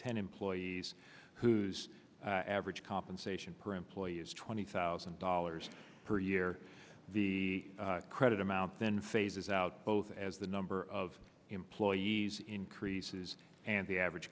ten employees whose average compensation per employee is twenty thousand dollars per year the credit amount then phases out both as the number of employees increases and the average